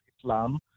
Islam